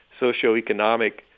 socioeconomic